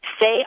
say